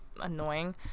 annoying